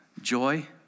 joy